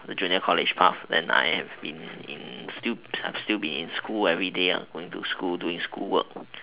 the junior college path then I I in in still be in school everyday lah going to school doing school work